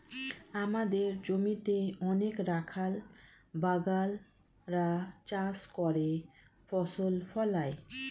আমাদের জমিতে অনেক রাখাল বাগাল রা চাষ করে ফসল ফলায়